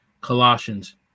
Colossians